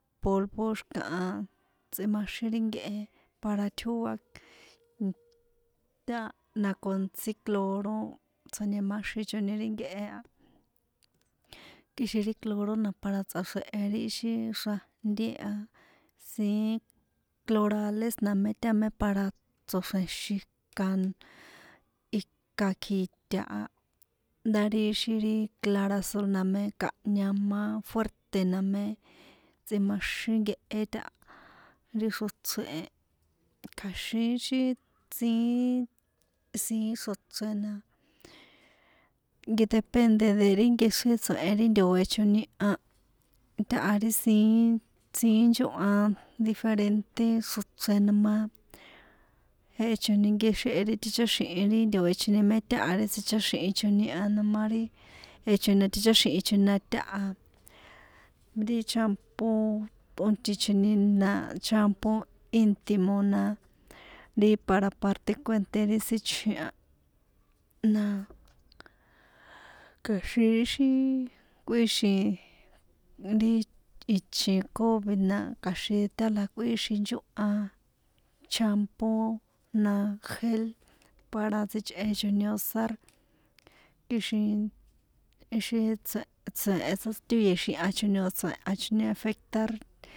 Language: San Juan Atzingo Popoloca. Polvo xi̱kaha tsꞌijmaxín ri nehe para tjóa ta na ko ntsí cloro tsjo̱nimáxichoni ri nkehe a kixin ri cloro na para tsꞌaxrehe ri ixi xrajnté a siín cloralex na mé táme para tso̱xre̱xin ka ika kjiṭa̱ a nda ri xi ri clara sol na mé kahña má fuerte̱ na mé tsꞌimaxín nkehe táha ri xrochren e kja̱xin ixi siín siín xrochren na nke depende de ri tso̱hen ri ntoe̱choni a táha ri siín siín nchóhan diferente xrochren noma echoni nkehe tiháxi̱hin ri ntoe̱choni no ma ri echoni ticháxi̱hin a na ma ri echoni na ticháxi̱choni na táha ri champoo tꞌóntichoni na champo intimo na ri para parte kuènté ri sichjin a na kja̱xin ixi kꞌuíxin ri i ichin covi na kjaxin tana kꞌuíxin nchóhan champo na gel para tsichꞌechoni usar kixin ixi tse tse tsátoye̱xihan choni o̱ tsoe̱hñachoni afectar.